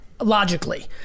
logically